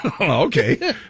Okay